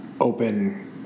open